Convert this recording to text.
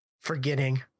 forgetting